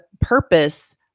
purpose